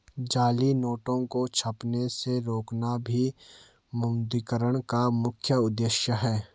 जाली नोटों को छपने से रोकना भी विमुद्रीकरण का मुख्य उद्देश्य था